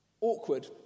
awkward